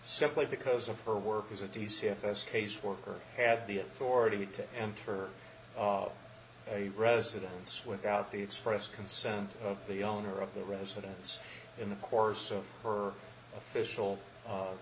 simply because of her work as a d c if this caseworker had the authority to enter a residence without the express consent of the owner of the residence in the course of her official